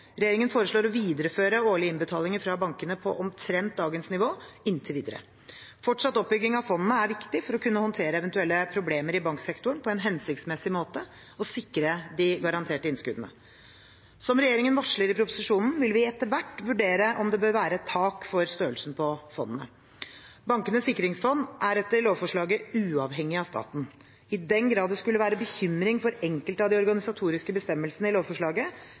Regjeringen foreslår å videreføre årlige innbetalinger fra bankene omtrent på dagens nivå inntil videre. Fortsatt oppbygging av fondene er viktig for å kunne håndtere eventuelle problemer i banksektoren på en hensiktsmessig måte og sikre de garanterte innskuddene. Som regjeringen varsler i proposisjonen, vil vi etter hvert vurdere om det bør være et tak for størrelsen på fondene. Bankenes sikringsfond er etter lovforslaget uavhengig av staten. I den grad det skulle være bekymring for enkelte av de organisatoriske bestemmelsene i lovforslaget,